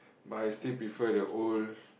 but I still prefer the old